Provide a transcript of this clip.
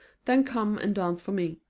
then come and dance for me.